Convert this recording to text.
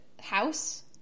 House